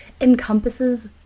encompasses